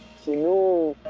to